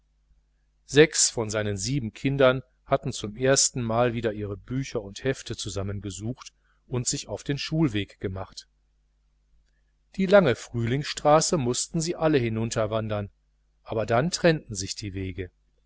sechs von seinen sieben kindern hatten zum erstenmal wieder ihre bücher und hefte zusammengesucht und sich auf den schulweg gemacht die lange frühlingsstraße mußten sie alle hinunterwandern aber dann trennten sich die wege